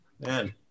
Man